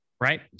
right